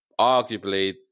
arguably